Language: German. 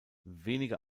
wenige